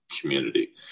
community